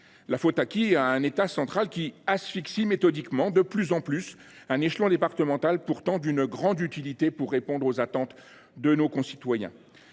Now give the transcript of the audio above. la faute à un État central qui asphyxie méthodiquement et toujours davantage un échelon départemental pourtant d’une grande utilité pour répondre aux attentes de nos concitoyens.